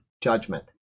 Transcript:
judgment